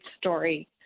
story